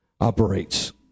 operates